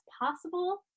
possible